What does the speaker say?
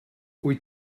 wyt